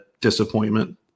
disappointment